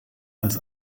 als